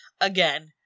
again